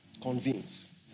Convince